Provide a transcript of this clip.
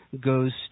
goes